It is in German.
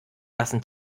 lassen